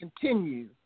Continue